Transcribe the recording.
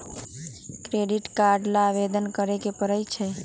credit card ला आवेदन करे के परई छई